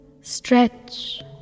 stretch